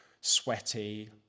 sweaty